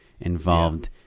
involved